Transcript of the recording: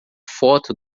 foto